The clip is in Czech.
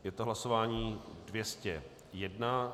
Je to hlasování 201.